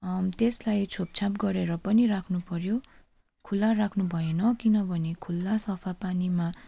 त्यसलाई छोपछाप गरेर पनि राख्नु पऱ्यो खुला राख्नु भएन किनभने खुल्ला सफा पानीमा